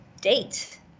date